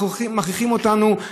מכריחים אותנו,